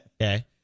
Okay